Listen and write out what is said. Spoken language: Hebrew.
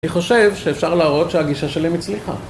אני חושב שאפשר להראות שהגישה שלי מצליחה.